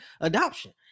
adoption